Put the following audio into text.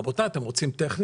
רבותי, אתם רוצים טכנית?